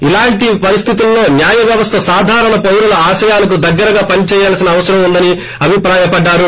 ఇలాంటి పరిస్టితుల్లో న్యాయ వ్యవస్థ సాధారణ పౌరుల ఆశయాలకు దగ్గరగా పనిచేయాల్సిన అవసరం ఉందని అభిప్రాయపడ్లారు